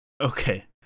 okay